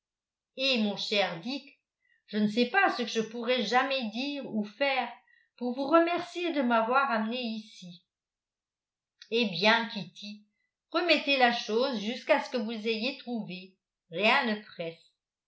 et mon cher dick je ne sais pas ce que je pourrai jamais dire ou faire pour vous remercier de m'avoir amenée ici eh bien kitty remettez la chose jusqu'à ce que vous ayez trouvé rien ne presse